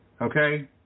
Okay